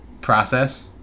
process